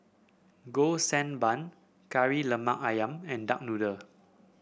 Golden Sand Bun Kari Lemak ayam and Duck Noodle